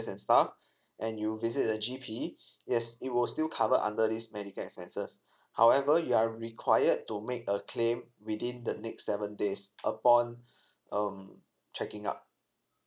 and stuff and you visit a G_P yes it will still cover under this medical expenses however you are required to make a claim within the next seven days upon um checking up